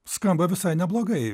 skamba visai neblogai